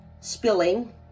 spilling